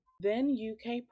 Then-UK